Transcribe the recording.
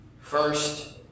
First